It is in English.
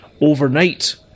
overnight